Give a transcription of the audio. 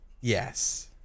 Yes